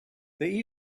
they